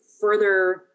further